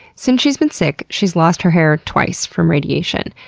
since she's been sick, she's lost her hair twice from radiation,